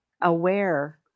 aware